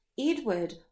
Edward